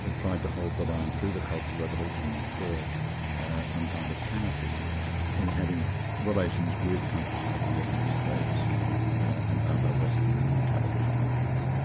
ah tried to hold the line through the cultural revolution for some kind of sanity in having relations with countries like the united states and other western capitalist countries.